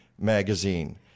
Magazine